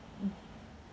mm